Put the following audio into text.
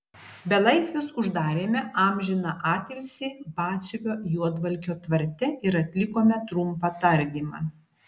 belaisvius uždarėme amžiną atilsį batsiuvio juodvalkio tvarte ir atlikome trumpą tardymą